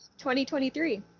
2023